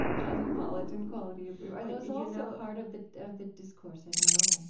cosmopolitan quality of are those also part of the of the discourse in iran?